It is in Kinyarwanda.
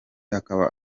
akaba